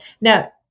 Now